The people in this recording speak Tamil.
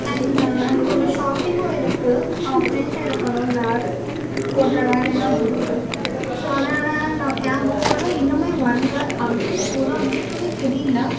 அண்ட் அங்கே கொஞ்சம் ஷாப்பிங்கும் இருக்குது ப்ரிண்ட் எடுக்கணும் ஜெராக்ஸ் போடுற வேலையெலாம் இருக்குது ஸோ அதனால் நான் கேப் புக் பண்ணிணேன் இன்னுமே வரலை அப்டேட் ஒரு அப்டேட்டுமே தெரியல